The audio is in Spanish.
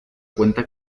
cuenta